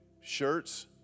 shirts